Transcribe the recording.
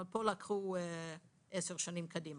אבל פה לקחו עשר שנים קדימה.